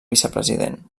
vicepresident